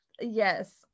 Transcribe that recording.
yes